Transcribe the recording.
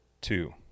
two